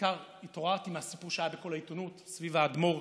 בעיקר התעוררתי מהסיפור שהיה בעיתונות סביב האדמו"ר